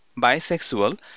Bisexual